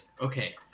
okay